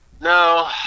no